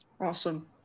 Awesome